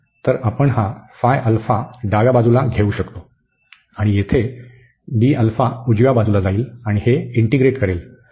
तर आपण हा ϕ α डाव्या बाजूला घेवू शकतो आणि येथे उजव्या बाजूला जाईल आणि हे इंटीग्रेट करेल